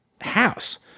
house